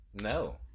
No